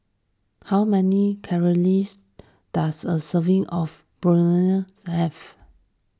how many does a serving of Burrito have